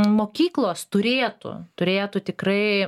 mokyklos turėtų turėtų tikrai